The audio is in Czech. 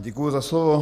Děkuji za slovo.